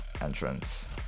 entrance